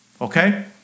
Okay